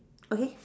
okay